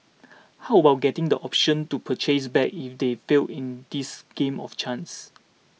how about getting the Option to Purchase back if they fail in this game of chance